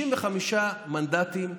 נכנסו 65 מנדטים שאמרו: